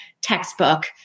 textbook